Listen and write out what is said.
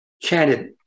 chanted